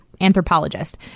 anthropologist